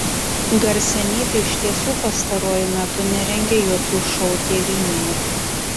garsenybė iš tiesų pastaruoju metu nerengė jokių šou tėvynėje